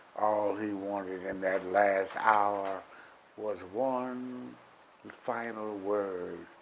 all he wanted in that last hour was one and final word